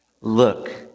Look